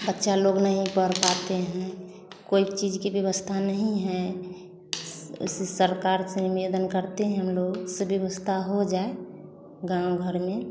बच्चा लोग नहीं पढ़ पाते हैं कोई चीज़ कि व्यवस्था नहीं है उसी सरकार से निवेदन करते हैं हम लोग सभी व्यवस्था हो जाए गाँव घर में